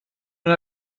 una